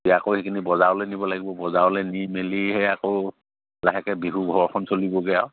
এই আকৌ সেইখিনি বজাৰলৈ নিব লাগিব বজাৰলে নি মেলিহে আকৌ লাহেকৈ বিহু ঘৰখন চলিবগৈ আৰু